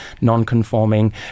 non-conforming